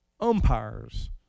umpires